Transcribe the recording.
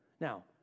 Now